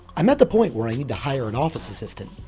i'm at the point where i need to hire an office assistant.